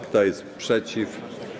Kto jest przeciw?